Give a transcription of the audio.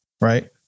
right